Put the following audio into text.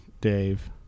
Dave